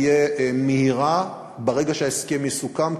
תהיה מהירה ברגע שההסכם יסוכם,